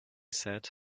said